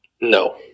No